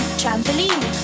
trampoline